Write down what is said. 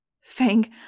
Fang